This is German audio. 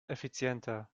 effizienter